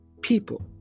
people